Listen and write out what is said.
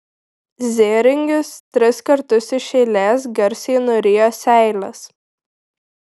zėringis tris kartus iš eilės garsiai nurijo seiles